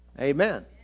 Amen